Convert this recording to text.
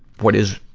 what is,